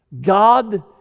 God